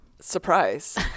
surprise